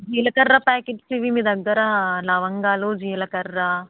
జీలకర్ర పాకెట్స్ అవి మీ దగ్గర లవంగాలు జీలకర్ర